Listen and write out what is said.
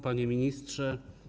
Panie Ministrze!